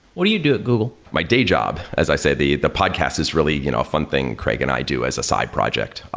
what do you do at google? my day job, as i said, the the podcasts is really you know a fun thing craig and i do as a side project.